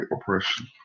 oppression